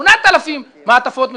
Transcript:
8,000 מעטפות מזויפות.